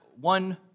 one